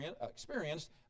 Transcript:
experienced